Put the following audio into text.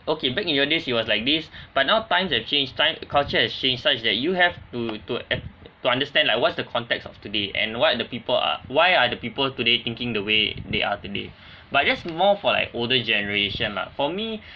okay back in your days it was like this but now times has change time culture has changed such that you have to to ac~ to understand like what's the context of today and what the people are why are the people today thinking the way they are today but just more for like older generation lah for me